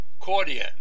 Cordia